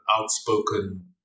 outspoken